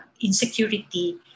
insecurity